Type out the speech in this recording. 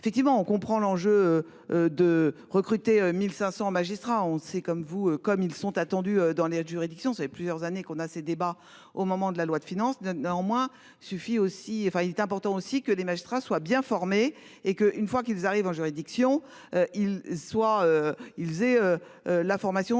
effectivement on comprend l'enjeu de recruter 1500 magistrats ont c'est comme vous, comme ils sont attendus dans les juridictions, ça fait plusieurs années qu'on a ces débats au moment de la loi de finances 2, néanmoins suffit aussi enfin il est important aussi que les magistrats soient bien formés et que une fois qu'ils arrivent en juridiction il soit il faisait.